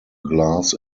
glass